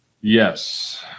Yes